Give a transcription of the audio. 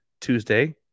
Tuesday